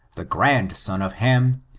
the grand son of ham,